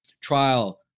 trial